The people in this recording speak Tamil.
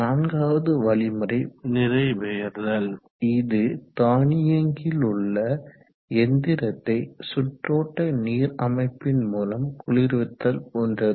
நான்காவது வழிமுறை நிறை பெயர்தல் இது தானியங்கியிலுள்ள எந்திரத்தை சுற்றோட்ட நீர் அமைப்பின் மூலம் குளிர்வித்தல் போன்றது